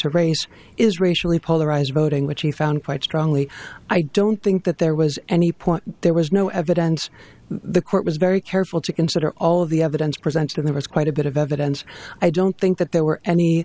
to race is racially polarized voting which he found quite strongly i don't think that there was any point there was no evidence the court was very careful to consider all of the evidence presented and there was quite a bit of evidence i don't think that there were any